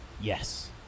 Yes